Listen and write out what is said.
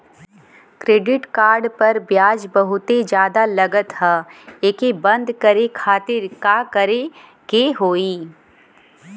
Credit card पर ब्याज बहुते ज्यादा लगत ह एके बंद करे खातिर का करे के होई?